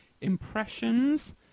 impressions